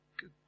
Good